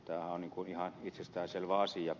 tämähän on ihan itsestäänselvä asia